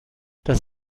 das